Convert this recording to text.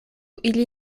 ili